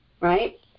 right